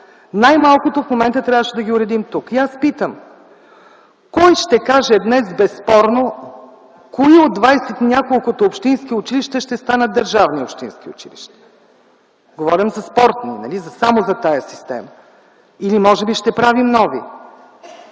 най-малкото в момента трябваше да ги уредим тук. И аз питам: кой ще каже днес безспорно кои от двадесет и няколкото общински училища ще станат държавни общински училища? Говорим за спортни, само за тази система. Или може би ще правим нови?